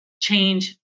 change